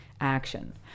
action